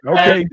Okay